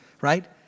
Right